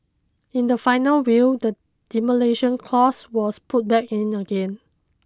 in the final will the demolition clause was put back in again